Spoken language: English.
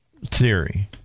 theory